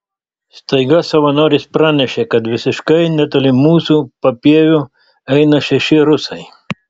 staiga savanoris pranešė kad visiškai netoli mūsų papieviu eina šeši rusai